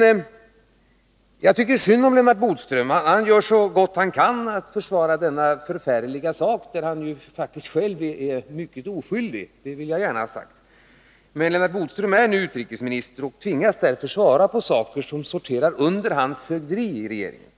till. Jag tycker synd om Lennart Bodström. Han gör så gott han kan för att försvara denna förfärliga sak, där han faktiskt själv är oskyldig — det vill jag gärna ha sagt. Men Lennart Bodström är nu utrikesminister och tvingas därför svara på saker som sorterar under hans fögderi i regeringen.